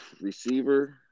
receiver